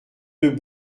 deux